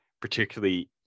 particularly